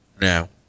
Now